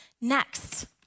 next